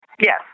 Yes